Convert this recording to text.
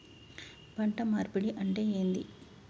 పంట మార్పిడి అంటే ఏంది?